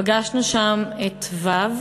פגשנו שם את ו',